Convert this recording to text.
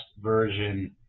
version